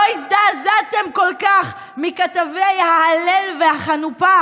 לא הזדעזעתם כל כך מכתבי ההלל והחנופה